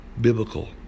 biblical